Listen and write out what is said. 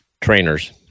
trainers